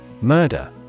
Murder